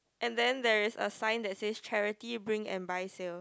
and then there is a sign that says charity bring and buy sale